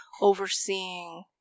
overseeing